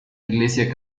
iglesia